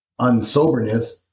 unsoberness